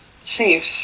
Safe